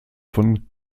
von